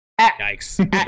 Yikes